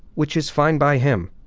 which is fine by him.